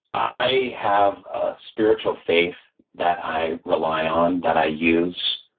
i have ah spiritual faith that i rely on, that i use.